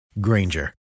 Granger